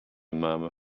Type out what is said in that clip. murmur